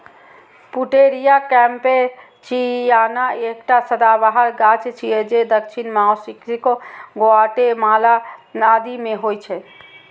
Pouteria campechiana एकटा सदाबहार गाछ छियै जे दक्षिण मैक्सिको, ग्वाटेमाला आदि मे होइ छै